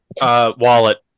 Wallet